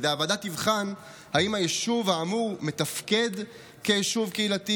והיא תבחן אם היישוב האמור מתפקד כיישוב קהילתי